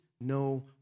no